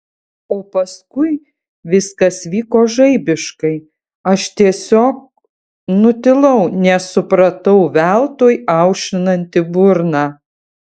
o paskui viskas vyko žaibiškai aš tiesiog nutilau nes supratau veltui aušinanti burną